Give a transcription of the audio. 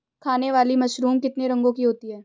खाने वाली मशरूम कितने रंगों की होती है?